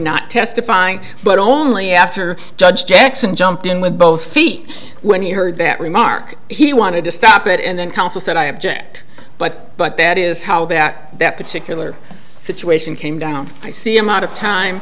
not testifying but only after judge jackson jumped in with both feet when he heard that remark he wanted to stop it and then counsel said i object but but that is how that that particular situation came down i see a lot of time